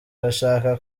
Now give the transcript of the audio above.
bashaka